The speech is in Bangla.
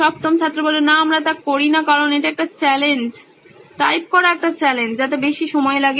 সপ্তম ছাত্র না আমরা তা করি না কারণ এটি একটি চ্যালেঞ্জ টাইপ করা একটি চ্যালেঞ্জ যাতে বেশি সময় লাগে